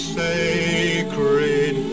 sacred